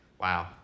Wow